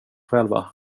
själva